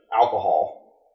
alcohol